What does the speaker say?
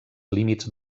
límits